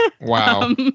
Wow